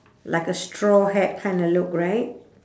like a straw hat kinda look right